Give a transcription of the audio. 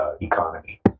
economy